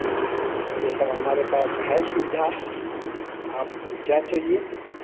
तो ये सब हमारे पास है सुविधा आपको क्या चाहिए